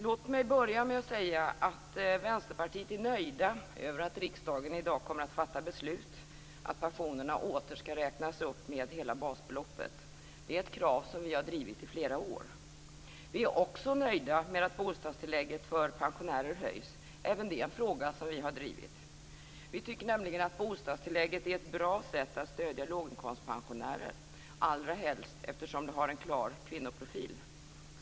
Låt mig börja med att säga att vi Vänsterpartiet är nöjda över att riksdagen i dag kommer att fatta beslut om att pensionerna återigen skall räknas upp med hela basbeloppet. Det är ett krav som vi drivit i flera år. Vi är också nöjda med att bostadstillägget för pensionärer höjs - även det en fråga som vi drivit. Vi tycker nämligen att bostadstillägget är ett bra sätt att stödja låginkomstpensionärer, allra helst eftersom det har en klar kvinnoprofil.